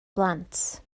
blant